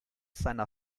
seiner